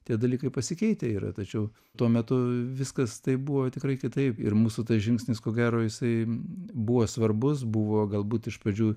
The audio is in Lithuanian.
tie dalykai pasikeitę yra tačiau tuo metu viskas taip buvo tikrai kitaip ir mūsų žingsnis ko gero jisai buvo svarbus buvo galbūt iš pradžių